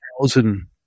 thousand